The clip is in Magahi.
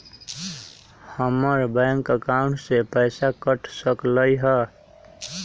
हमर बैंक अकाउंट से पैसा कट सकलइ ह?